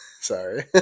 Sorry